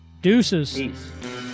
Deuces